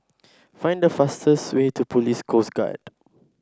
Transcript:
find the fastest way to Police Coast Guard